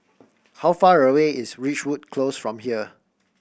how far away is Ridgewood Close from here